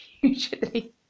usually